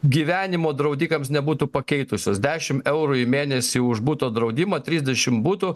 gyvenimo draudikams nebūtų pakeitusios dešimt eurų į mėnesį už buto draudimą trisdešimt butų